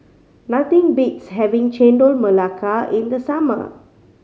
nothing beats having Chendol Melaka in the summer